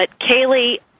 Kaylee